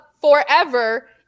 forever